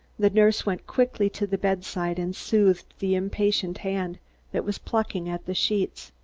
the nurse went quickly to the bedside and soothed the impatient hand that was plucking at the sheets.